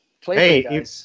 hey